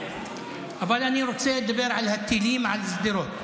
אבל אני רוצה לדבר על הטילים על שדרות.